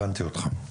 הבנתי אותך.